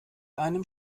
einem